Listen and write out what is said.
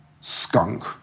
skunk